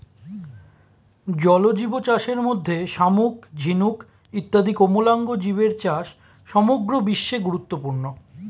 জলজীবচাষের মধ্যে শামুক, ঝিনুক ইত্যাদি কোমলাঙ্গ জীবের চাষ সমগ্র বিশ্বে গুরুত্বপূর্ণ